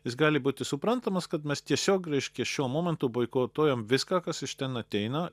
jis gali būti suprantamas kad mes tiesiog reiškia šiuo momentu boikotuojam viską kas iš ten ateina